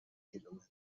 کیلومتر